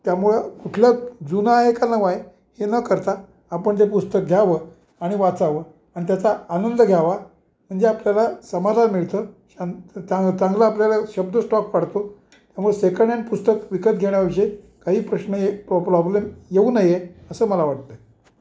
त्यामुळे कुठले जुने आहे की नवीन आहे हे न करता आपण ते पुस्तक घ्यावे आणि वाचावे आणि त्याचा आनंद घ्यावा म्हणजे आपल्याला समाधान मिळते शां चां चांगलं आपल्याला शब्द स्टॉक वाढतो त्यामुळे सेकंड हॅड पुस्तक विकत घेण्याविषयी काही प्रश्न हे प्रॉ प्रॉब्लेम येऊ नये असं मला वाटतं